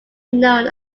known